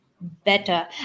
better